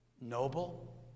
noble